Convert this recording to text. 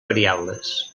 variables